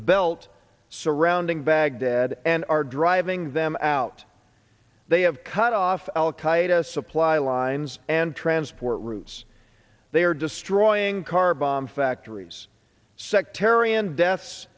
belt surrounding baghdad and are driving them out they have cut off al qaeda supply lines and transport routes they are destroying car bomb factories sectarian deaths